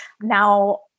Now